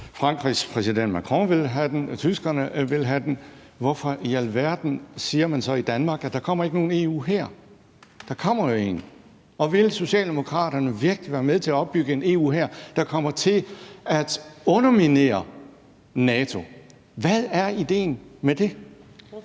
Frankrigs præsident Macron vil have den, tyskerne vil have den, hvorfor i alverden siger man så i Danmark, at der ikke kommer nogen EU-hær? Der kommer jo en, og vil Socialdemokraterne virkelig være med til at opbygge en EU-hær, der kommer til at underminere NATO? Hvad er idéen med det? Kl.